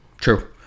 True